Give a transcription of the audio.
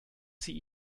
sie